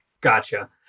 Gotcha